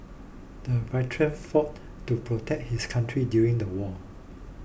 the veteran fought to protect his country during the war